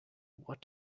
what